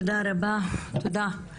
תודה רבה, תודה.